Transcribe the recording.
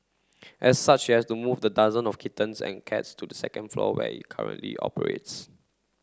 as such she had to move the dozen of kittens and cats to the second floor where it currently operates